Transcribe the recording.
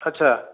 ଆଚ୍ଛା